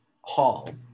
hall